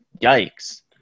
yikes